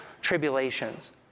tribulations